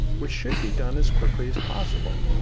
which should be done as quickly as possible.